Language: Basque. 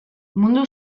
mundu